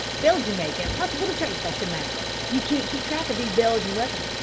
belgian make and impossible to trace, i should imagine. you can't keep track of these belgian weapons.